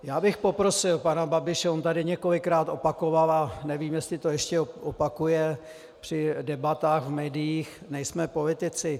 Já bych poprosil pana Babiše, on tady několikrát opakoval a nevím, jestli to ještě opakuje při debatách v médiích nejsme politici.